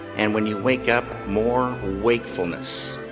and when you wake up, more wakefulness.